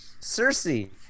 Cersei